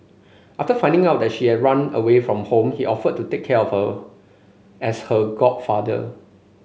after finding out that she had run away from home he offered to take care for her as her godfather